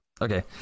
Okay